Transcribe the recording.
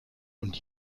und